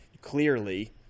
clearly